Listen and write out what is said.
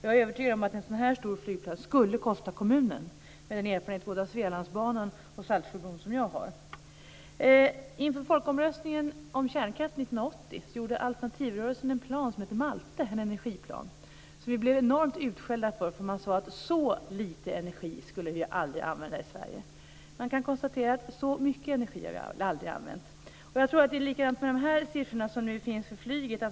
Jag är, med den erfarenhet både av Svealandsbanan och Saltsjöbron som jag har, övertygad om att en sådan här stor flygplats skulle kosta kommunen pengar. Inför folkomröstningen om kärnkraft 1980 gjorde alternativrörelsen en plan som hette Malte - en energiplan - som vi blev enormt utskällda för, för man sade att vi aldrig skulle använda så lite energi i Sverige. Jag kan konstatera att vi aldrig har använt så mycket energi. Jag tror att det är likadant med de siffror som nu finns för flyget.